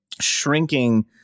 shrinking